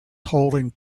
holding